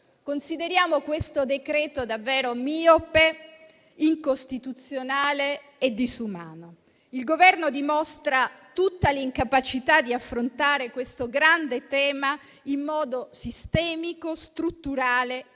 consideriamo questo decreto davvero miope, incostituzionale e disumano. Il Governo dimostra tutta l'incapacità di affrontare il grande tema dell'immigrazione